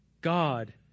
God